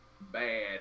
bad